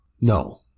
No